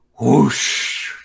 whoosh